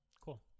Cool